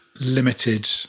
limited